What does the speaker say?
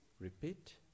repeat